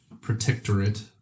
protectorate